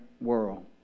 world